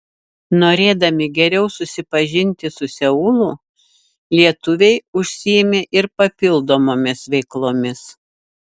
norėdami geriau susipažinti su seulu lietuviai užsiėmė ir papildomomis veiklomis